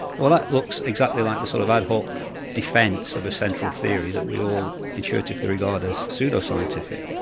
well that looks exactly like the sort of ad hoc defence of a central theory that we all intuitively regard as pseudo-scientific.